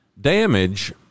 damage